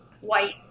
white